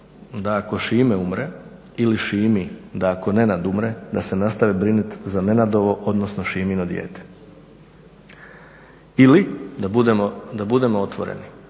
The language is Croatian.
da ako Šime umre ili Šimi da ako Nenad umre da se nastavi brinuti za Nenadovo, odnosno Šimino dijete. Ili da budemo otvoreni,